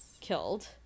killed